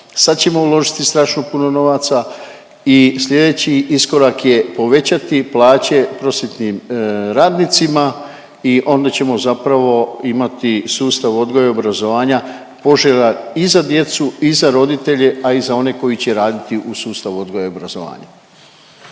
sad ćemo uložiti strašno puno novaca i slijedeći iskorak je povećati plaće prosvjetnim radnicima i onda ćemo zapravo imati sustav odgoja i obrazovanja poželjan i za djecu i za roditelje, a i za one koji će raditi u sustavu odgoja i obrazovanja.